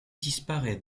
disparaît